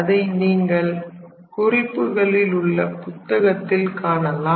அதை நீங்கள் குறிப்புகளில் உள்ள புத்தகத்தில் காணலாம்